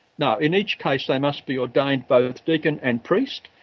no. in each case they must be ordained both deacon and priest.